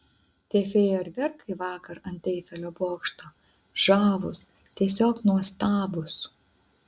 tie fejerverkai vakar ant eifelio bokšto žavūs tiesiog nuostabūs